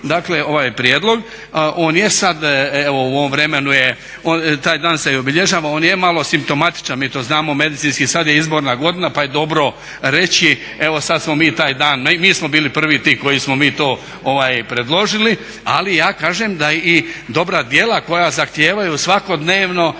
dakle ovaj prijedlog. On je sad, u ovom vremenu je taj dan se obilježava, on je malo simptomatičan, mi to znamo medicinski, sad je izborna godina pa je dobro reći evo sad smo mi taj dan, mi smo bili prvi ti koji smo to predložili, ali ja kažem da i dobra djela koja zahtijevaju svakodnevno